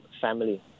family